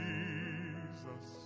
Jesus